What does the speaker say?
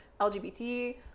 LGBT